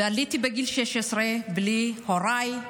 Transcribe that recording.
עליתי בגיל 16 בלי הוריי.